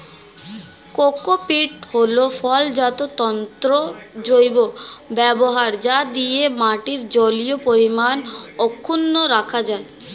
cocopeat হল ফলজাত তন্তুর জৈব ব্যবহার যা দিয়ে মাটির জলীয় পরিমাণ অক্ষুন্ন রাখা যায়